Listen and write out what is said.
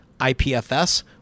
ipfs